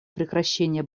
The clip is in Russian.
прекращения